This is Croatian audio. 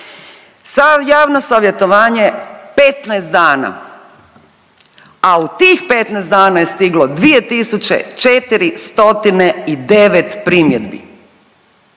Sav javno savjetovanje 15 dana, a u tih 15 dana je stiglo 2.409 primjedbi.